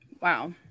Wow